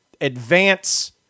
advance